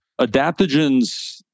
Adaptogens